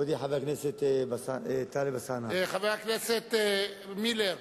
מכובדי חבר הכנסת טלב אלסאנע, חבר הכנסת מילר,